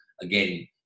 again